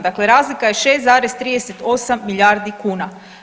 Dakle, razlika je 6,38 milijardi kuna.